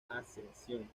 ascensión